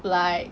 like